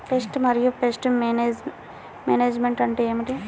Pest మరియు pest management అంటే ఏమిటి?